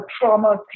trauma